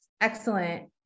excellent